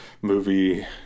movie